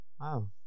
Wow